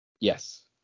Yes